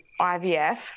IVF